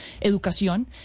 educación